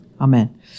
Amen